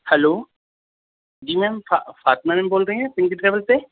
hello جی ma'am Fatima ma'am بول رہی ہیں پنکی ٹریول سے